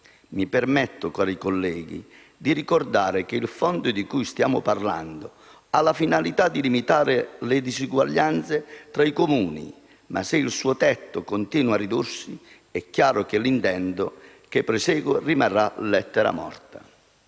Mi permetto di ricordare, cari colleghi, che il fondo di cui stiamo parlando ha la finalità di limitare le disuguaglianze tra i Comuni, ma, se il suo tetto continua a ridursi, è chiaro che l'intento che persegue rimarrà lettera morta.